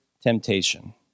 temptation